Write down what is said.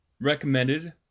recommended